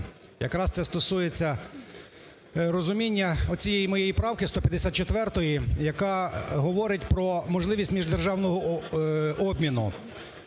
якраз це стосується розуміння оцієї моєї правки 154, яка говорить про можливість міждержавного обміну